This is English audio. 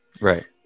Right